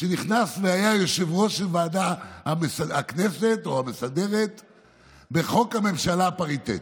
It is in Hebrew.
שנכנס והיה יושב-ראש ועדת הכנסת או המסדרת בחוק הממשלה הפריטטית.